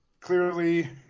clearly